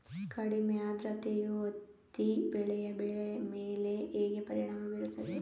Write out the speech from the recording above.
ಕಡಿಮೆ ಆದ್ರತೆಯು ಹತ್ತಿ ಬೆಳೆಯ ಮೇಲೆ ಹೇಗೆ ಪರಿಣಾಮ ಬೀರುತ್ತದೆ?